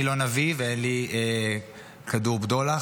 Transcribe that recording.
אני לא נביא ואין לי כדור בדולח,